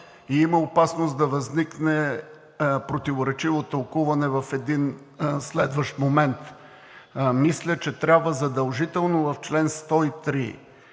има опасност да възникне противоречиво тълкуване в един следващ момент. Мисля, че трябва задължително в чл. 103в,